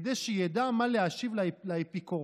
כדי שידע מה להשיב לאפיקורוס.